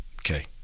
okay